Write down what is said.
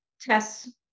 tests